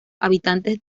habitantes